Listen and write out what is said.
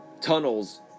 Tunnels